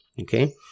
okay